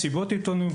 במסיבות עיתונות,